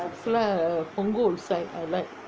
punggol side I like